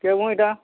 ଏଇଟା